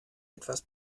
etwas